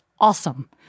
awesome